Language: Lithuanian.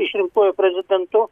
išrinktuoju prezidentu